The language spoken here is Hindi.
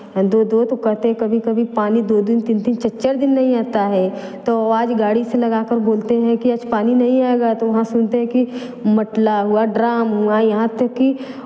हैं दो दो तो कहते हैं कभी कभी पानी दो दिन तीन तीन चार चार दिन नहीं आता है तो आज गाड़ी से लगाकर बोलते हैं कि आज पानी नहीं आएगा तो वहाँ सुनते कि माटला हुआ ड्राम हुआ यहाँ तक कि